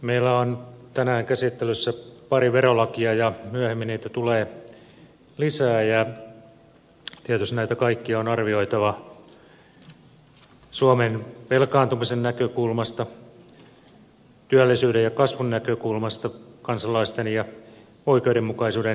meillä on tänään käsittelyssä pari verolakia ja myöhemmin niitä tulee lisää ja tietysti näitä kaikkia on arvioitava suomen velkaantumisen näkökulmasta työllisyyden ja kasvun näkökulmasta kansalaisten ja oikeudenmukaisuuden näkökulmasta